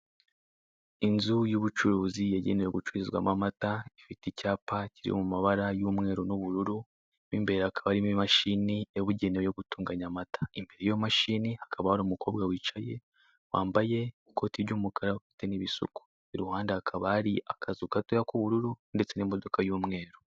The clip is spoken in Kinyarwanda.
Inzu y'ubucuruzi yagenewe gucururizwamo amata. Ifite icyapa kiri mu mabara y'umweru n'ubururu, mo imbere hakaba harimo imashini y'umweru yagenewe gutunganya amata. Imbere y'iyo mashini hakaba hari umukobwa wicaye, wambaye ikote ry'umukara, ufite n'ibisuko. Iruhande hakaba hari akazu gatoya k'ubururu ndetse n'imodoka y'umweru.